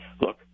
look